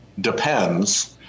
depends